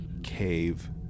Cave